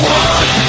one